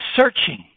searching